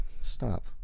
Stop